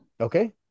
Okay